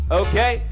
okay